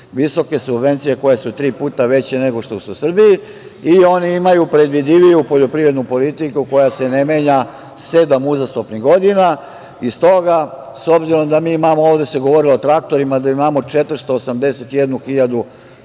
Visoke subvencije koje su tri puta veće nego što su u Srbiji i oni imaju predvidiviju poljoprivrednu politiku koja se ne menja sedam uzastopnih godina i stoga, obzirom da imamo i ovde se govorilo o traktorima, da imamo 481.000